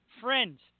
friends